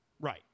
Right